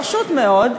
פשוט מאוד,